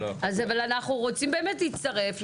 אבל אנחנו באמת רוצים להצטרף,